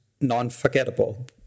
non-forgettable